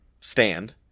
stand